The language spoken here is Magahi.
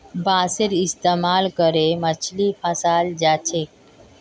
बांसेर इस्तमाल करे मछली फंसाल जा छेक